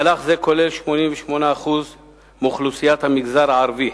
מהלך זה כולל 88% מאוכלוסיית המגזר הערבי,